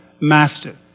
master